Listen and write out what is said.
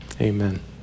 Amen